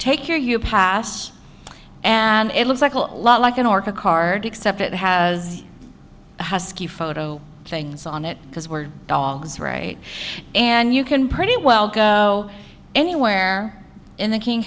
take your you pass and it looks like a lot like an orca card except it has a husky photo things on it because we're dogs right and you can pretty well go anywhere in the king